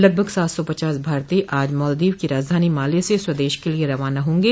लगभग सात सौ पचास भारतीय आज मालदीव की राजधानी माले से स्वदेश के लिए रवाना होंगे